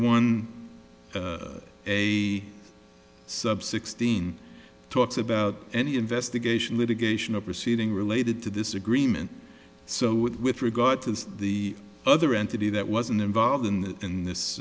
one a sub sixteen talks about any investigation litigation are proceeding related to this agreement so with regard to the other entity that wasn't involved in that in this